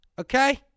okay